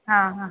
ആ അ